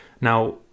Now